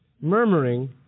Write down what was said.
Murmuring